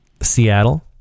Seattle